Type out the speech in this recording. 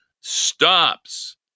stops